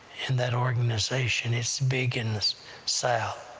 in that organization, it's big in the south.